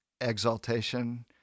exaltation